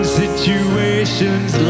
situations